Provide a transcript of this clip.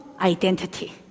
identity